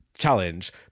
challenge